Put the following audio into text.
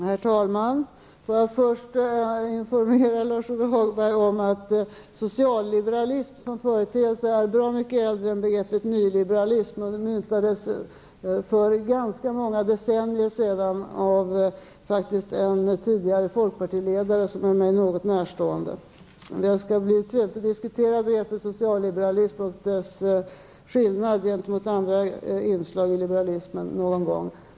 Herr talman! Får jag först informera Lars-Ove Hagberg om att socialliberalism som företeelse är bra mycket äldre än begreppet nyliberalism. Uttrycket myntades för ganska många decennier sedan av en tidigare folkpartiledare som är mig något närstående. Det skall bli trevligt att diskutera begreppet socialliberalism och skillnaden gentemot andra inslag i liberalism någon gång.